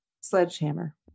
Sledgehammer